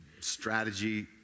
strategy